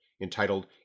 entitled